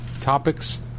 topics